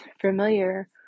familiar